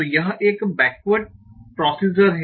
तो यह एक बेकवर्ड प्रोसीजर है